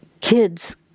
kids